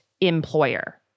employer